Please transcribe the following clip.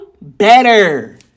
better